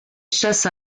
chassa